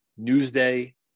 Newsday